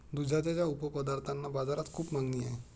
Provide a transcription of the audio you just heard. दुधाच्या उपपदार्थांना बाजारात खूप मागणी आहे